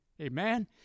Amen